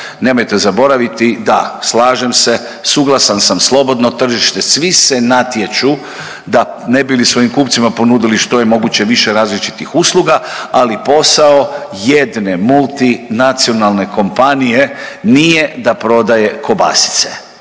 Nemojte zaboraviti, da slažem se suglasan sam slobodno tržište, svi se natječu da ne bi li svojim kupcima ponudili što je moguće više različitih usluga, ali posao jedne multinacionalne kompanije nije da prodaje kobasice.